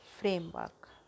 Framework